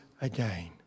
again